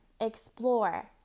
explore